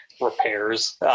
repairs